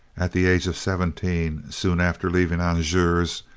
at the age of seventeen, soon after leaving angers,